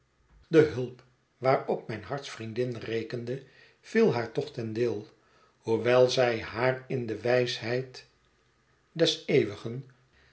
de hulp waarop mijne hartsvriendin rekende viel haar toch ten deel hoewel zij haar in de wijsheid des eeuwigen